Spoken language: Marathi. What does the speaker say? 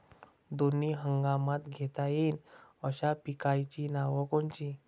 दोनी हंगामात घेता येईन अशा पिकाइची नावं कोनची?